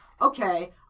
Okay